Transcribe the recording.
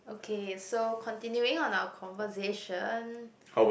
okay so continuing on our conversation